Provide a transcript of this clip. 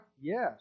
Yes